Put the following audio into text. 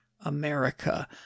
America